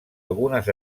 algunes